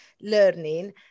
learning